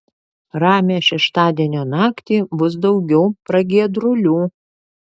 ramią šeštadienio naktį bus daugiau pragiedrulių